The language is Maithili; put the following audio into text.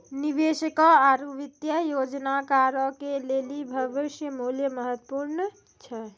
निवेशकों आरु वित्तीय योजनाकारो के लेली भविष्य मुल्य महत्वपूर्ण छै